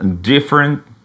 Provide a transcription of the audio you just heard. different